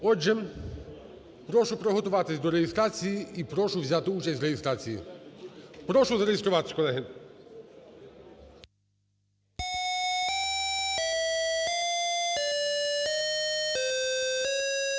Отже, прошу приготуватися до реєстрації і прошу взяти участь в реєстрації. Прошу зареєструватися, колеги.